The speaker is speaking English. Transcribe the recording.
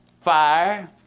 fire